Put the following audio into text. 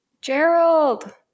Gerald